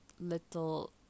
little